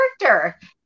character